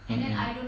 mm mm